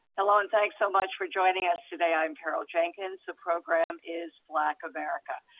hello, and thanks so much for joining us today. i'm carol jenkins. the program is black america.